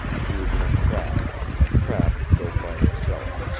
he was in a trap a trap built by himself.